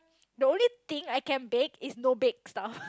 the only thing I can bake is no bake stuff